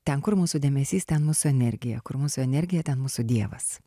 ten kur mūsų dėmesys ten mūsų energija kur mūsų energija ten mūsų dievas